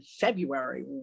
February